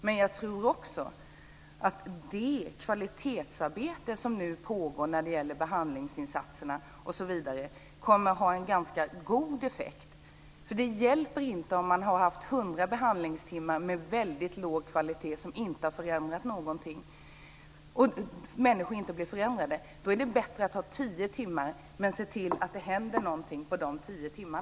Men jag tror också att det kvalitetsarbete som nu pågår när det gäller behandlingsinsatserna osv. kommer att ha en ganska god effekt. Det hjälper inte om man har haft 100 behandlingstimmar med väldigt låg kvalitet och som inte har inneburit att människor har blivit förändrade. Då är det bättre att ha 10 timmar men se till att det händer någonting på dessa 10 timmar.